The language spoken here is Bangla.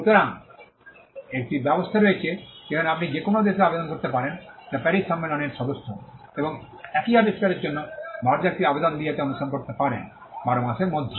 সুতরাং এটি ব্যবস্থা রয়েছে যেখানে আপনি যে কোনও দেশে আবেদন করতে পারবেন যা প্যারিস সম্মেলনের সদস্য এবং একই আবিষ্কারের জন্য ভারতে একটি আবেদন দিয়ে তা অনুসরণ করতে পারেন 12 মাসের মধ্যে